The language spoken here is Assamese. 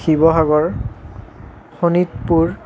শিৱসাগৰ শোণিতপুৰ